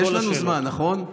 יש לנו זמן, נכון?